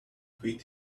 quit